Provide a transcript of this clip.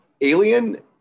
Alien